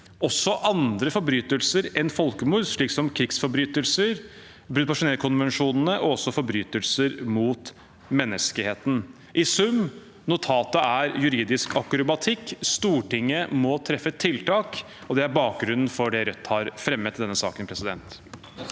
også andre forbrytelser enn folkemord, slik som krigsforbrytelser, brudd på Genèvekonvensjonene og forbrytelser mot menneskeheten. I sum er notatet juridisk akrobatikk. Stortinget må treffe tiltak, og det er bakgrunnen for det Rødt har fremmet i denne saken. Nils T.